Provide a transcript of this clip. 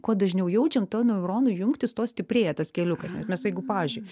kuo dažniau jaučiam tuo neuronų jungtys tuo stiprėja tas keliukas ir mes jeigu pavyzdžiui